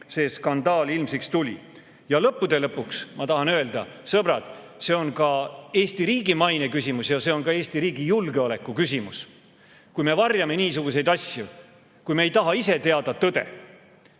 see skandaal ilmsiks tuli. Ja lõppude lõpuks ma tahan öelda: sõbrad, see on ka Eesti riigi maine küsimus ja Eesti riigi julgeoleku küsimus. Kui me varjame niisuguseid asju, kui me ei taha ise teada tõde